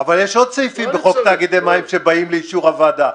אבל יש עוד סעיפים בחוק תאגידי מים שבאים לאישור הוועדה.